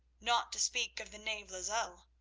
not to speak of the knave lozelle,